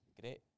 great